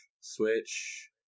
Switch